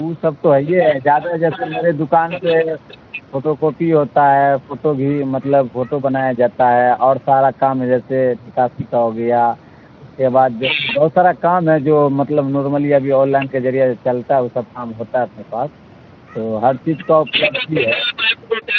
او سب تو ہے یہ زیادہ جیسے میری دکان پہ فوٹو کاپی ہوتا ہے فوٹو بھی مطلب فوٹو بنایا جاتا ہے اور سارا کام ہے جیسے نکاسی کا ہو گیا اس کے بعد بہت سارا کام ہے جو مطلب نارملی ابھی آن لائن کے ذریعہ چلتا ہے وہ سب کام ہوتا ہے اپنے پاس تو ہر چیز کا اپلبدھ ہی ہے